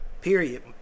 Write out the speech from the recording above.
Period